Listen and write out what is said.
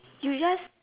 you just